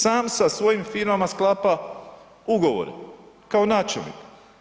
Sam sa svojim firmama sklapa ugovore kao načelnik.